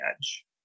edge